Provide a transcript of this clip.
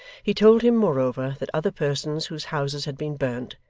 he told him, moreover, that other persons whose houses had been burnt,